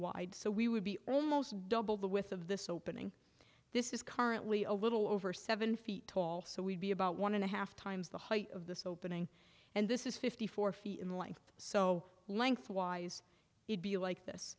wide so we would be almost double the with of this opening this is currently a little over seven feet tall so we'd be about one and a half times the height of this opening and this is fifty four feet in length so lengthwise it be like this